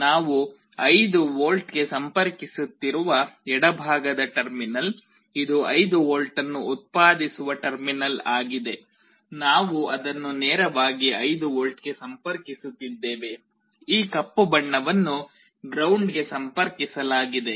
ನಾವು 5 ವಿ ಗೆ ಸಂಪರ್ಕಿಸುತ್ತಿರುವ ಎಡಭಾಗದ ಟರ್ಮಿನಲ್ ಇದು 5 ವಿ ಅನ್ನು ಉತ್ಪಾದಿಸುವ ಟರ್ಮಿನಲ್ ಆಗಿದೆ ನಾವು ಅದನ್ನು ನೇರವಾಗಿ 5 ವಿ ಗೆ ಸಂಪರ್ಕಿಸುತ್ತಿದ್ದೇವೆ ಈ ಕಪ್ಪು ಬಣ್ಣವನ್ನು ಗ್ರೌಂಡ್ಗೆ ಸಂಪರ್ಕಿಸಲಾಗಿದೆ